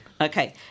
Okay